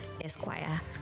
Esquire